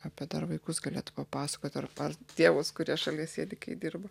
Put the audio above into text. apie dar vaikus galėtų papasakot ar ar tėvus kurie šalia sėdi kai dirba